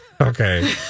Okay